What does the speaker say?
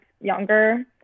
younger